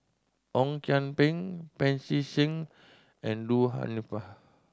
Ong Kian Peng Pancy Seng and Du